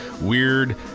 weird